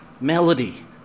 melody